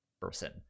person